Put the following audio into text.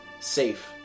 Safe